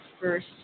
first